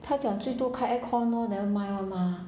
他讲最多开 air-con orh nevermind one mah